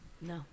No